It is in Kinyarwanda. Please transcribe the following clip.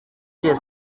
the